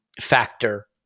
factor